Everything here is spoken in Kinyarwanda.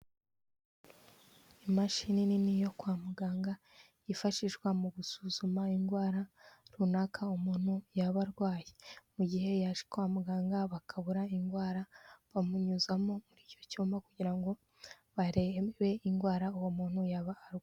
Imashini nini yo kwa muganga yifashishwa mu gusuzuma indwara runaka umuntu yaba arwaye, mu gihe yaje kwa muganga bakabura indwara, bamunyuzamo muri icyo cyuma kugira ngo barebe indwara uwo muntu yaba arwaye.